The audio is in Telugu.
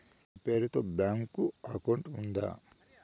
మీ పేరు తో బ్యాంకు అకౌంట్ ఉందా?